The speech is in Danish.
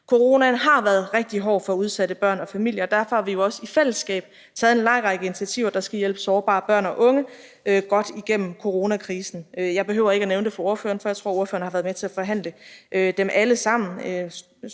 Coronaen har været rigtig hård for udsatte børn og deres familier, og derfor har vi jo også i fællesskab taget en lang række initiativer, der skal hjælpe sårbare børn og unge godt igennem coronakrisen. Jeg behøver ikke at nævne dem for spørgeren, for jeg tror, at spørgeren har været med til at forhandle dem alle sammen: